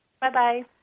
Bye-bye